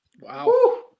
Wow